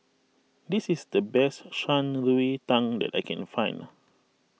this is the best Shan Rui Tang that I can find